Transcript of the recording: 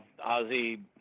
Ozzy